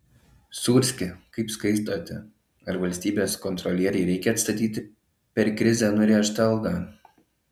sūrski kaip skaitote ar valstybės kontrolierei reikia atstatyti per krizę nurėžtą algą